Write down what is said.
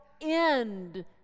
end